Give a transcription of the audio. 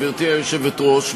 גברתי היושבת-ראש,